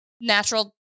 natural